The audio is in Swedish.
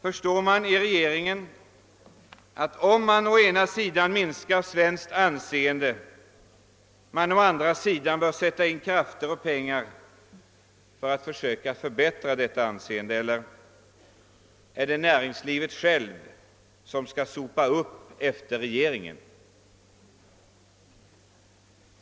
Förstår regeringen att om den å ena sidan minskar svenskt anseende bör den å andra sidan sätta in krafter och pengar för att försöka förbättra detta anseende, eller är det näringslivet självt som skall sopa upp efter regeringen?